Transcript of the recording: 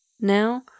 Now